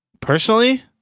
Personally